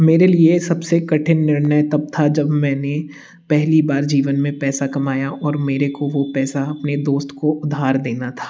मेरे लिए सबसे कठिन निर्णय तब था जब मैंने पहली बार जीवन में पैसा कमाया और मेरे को वो पैसा मेरे दोस्त को उधार देना था